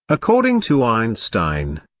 according to einstein,